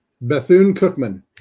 Bethune-Cookman